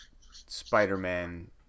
Spider-Man